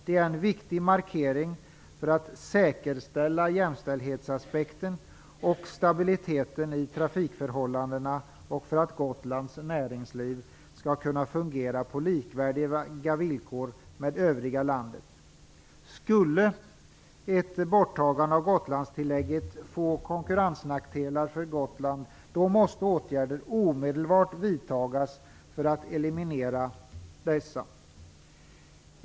Det är en viktig markering för att säkerställa jämställdhetsaspekten och stabiliteten i trafikförhållandena och för att Gotlands näringsliv skall kunna fungera på villkor som är likvärdiga med villkoren för övriga landet. Skulle ett borttagande av Gotlandstillägget få konkurrensnackdelar för Gotland måste åtgärder omedelbart vidtagas för att eliminera nämnda nackdelar.